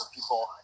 people